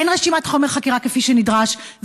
אין רשימת חומר חקירה כפי שנדרש,